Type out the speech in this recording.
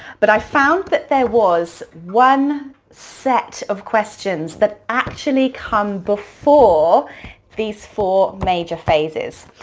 but i found that there was one set of questions that actually come before these four major phases,